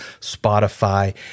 Spotify